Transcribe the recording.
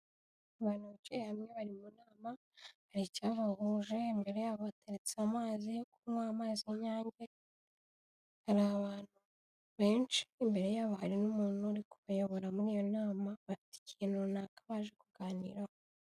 Abantu bicaye hamwe bari mu nama hari icyabahuje, imbere yabo hateretse amazi yo kunywa amazi y'inyange hari abantu benshi, imbere yabo harimo n'umuntu uri kubayobora muri iyo nama bafite ikintu runaka baje kuganiraho.